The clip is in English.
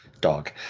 dog